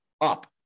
up